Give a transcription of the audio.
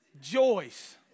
Joyce